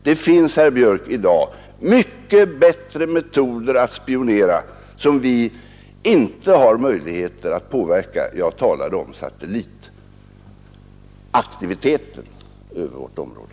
Det finns, herr Björck, i dag mycket bättre metoder att spionera som vi inte har möjligheter att påverka — jag talade om satellitaktiviteten över vårt område.